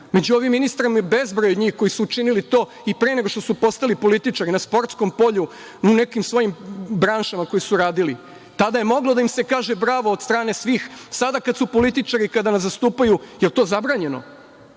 ovim ministrima je bezbroj njih koji su učinili to i pre nego što su postali političari, na sportskom polju, u nekim svojim branšama koje su radili. tada je moglo da im se kaže bravo od strane svih, sada kada su političari, kada nas zastupaju, jel to zabranjeno?